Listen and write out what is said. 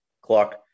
Clark